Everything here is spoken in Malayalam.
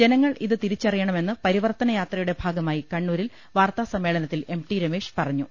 ജനങ്ങൾ ഇത് തിരിച്ചറി യണമെന്ന് പരിവർത്തന യാത്രയുടെ ഭാഗമായി കണ്ണൂരിൽ വാർത്താസമ്മേളനത്തിൽ എം ടി രമേശ് പറഞ്ഞു